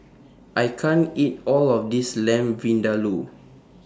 I can't eat All of This Lamb Vindaloo